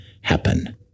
happen